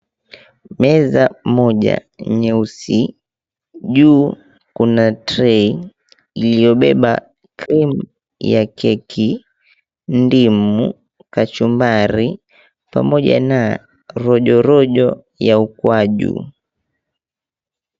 Meza moja nyeusi, juu kuna tray iliyobeba krimu ya keki, ndimu, kachumbari pamoja na rojo rojo ya ukwaju.